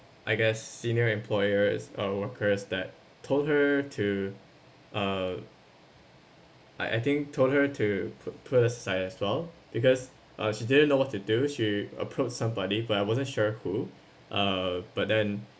I guess senior employers or workers that told her to uh I I think told her to put put us aside as well because uh she didn't know what to do she approach somebody but I wasn't sure who uh but then